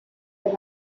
per